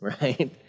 right